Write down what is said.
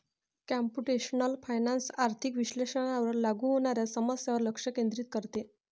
computational finance आर्थिक विश्लेषणावर लागू होणाऱ्या समस्यांवर लक्ष केंद्रित करते